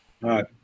right